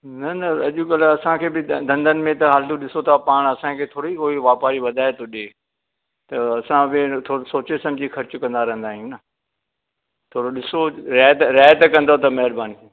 न न अॼुकल्ह असांखे बि धंधनि में त हाल ॾिसो तव्हां पाण असांखे थोरी कोई वापारी वधाए थो ॾे त असां बि थोरो सोचे सम्झी ख़र्चु कंदा रहंदा आहियूं न थोरो ॾिसो रियायत रियायत कंदव त महिरबानी